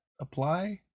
apply